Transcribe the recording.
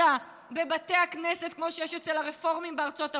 תסיסה בבתי הכנסת כמו שיש אצל הרפורמים בארצות הברית.